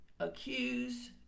accuse